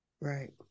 Right